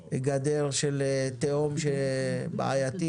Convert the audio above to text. הנה גדר של תהום בעייתית